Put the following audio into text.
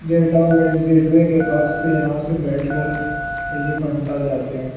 get of get وے کے پاس سے یہاں سے بیٹھ کر ایلیفنٹا جاتے ہیں